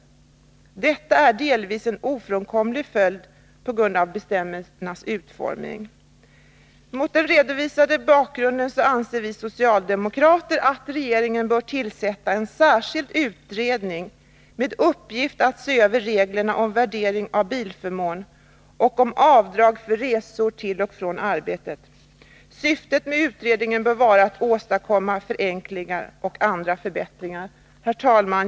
Detta är delvis en ofrånkomlig följd av bestämmelsernas utformning.” Mot den redovisade bakgrunden anser vi socialdemokrater att regeringen bör tillsätta en särskild utredning med uppgift att se över reglerna om värdering av bilförmån och om avdrag för resor till och från arbetet. Syftet med utredningen bör vara att söka åstadkomma förenklingar och andra förbättringar. Herr talman!